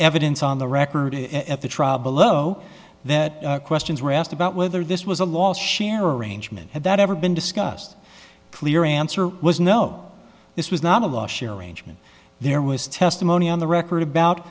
evidence on the record at the trial below that questions were asked about whether this was a loss share arrangement had that ever been discussed clear answer was no this was not a loss share arrangement there was testimony on the record about